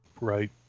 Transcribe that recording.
Right